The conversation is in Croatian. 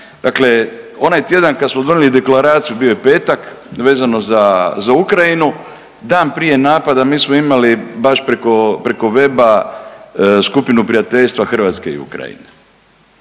dakle onaj tjedan kad smo donijeli deklaraciji, bio je petak, vezano za, za Ukrajinu, dan prije napada mi smo imali baš preko, preko weba skupinu prijateljstva Hrvatske i Ukrajine.